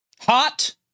Hot